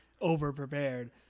over-prepared